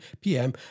PM